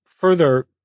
further